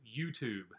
YouTube